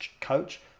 coach